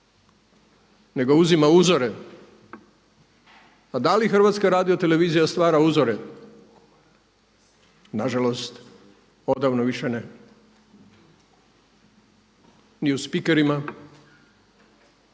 nego uzima uzore. A da li HRT stvara uzore? Nažalost, odavno više ne, ni u spikerima,